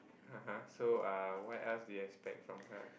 (uh huh) so uh what else do you expect from her